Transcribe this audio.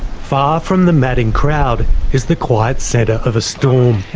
far from the madding crowd is the quiet centre of a storm.